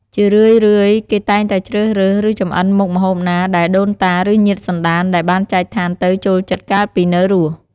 ជារឿយៗ គេតែងតែជ្រើសរើស ឬចម្អិនមុខម្ហូបណាដែលដូនតា ឬញាតិសន្ដានដែលបានចែកឋានទៅចូលចិត្តកាលពីនៅរស់។